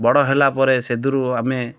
ବଡ଼ ହେଲାପରେ ସେଥିରୁ ଆମେ